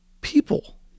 people